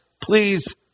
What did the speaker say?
please